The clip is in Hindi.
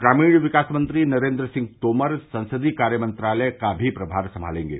ग्रामीण विकास मंत्री नरेंद्र सिंह तोमर संसदीय कार्य मंत्रालय का भी प्रभार संभालेंगे